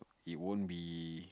it won't be